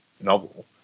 novel